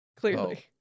Clearly